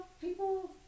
people